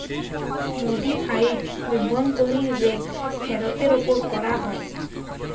modified অভ্যন্তরীন rate ফেরতের ওপর করা হয়